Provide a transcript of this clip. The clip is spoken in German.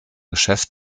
geschäfts